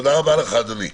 תודה רבה, אדוני.